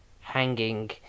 hanging